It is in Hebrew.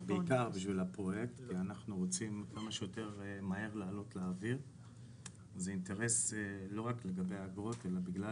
ואנחנו רוצים כמה שיותר מהר --- זה בעיקר בגלל